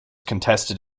contested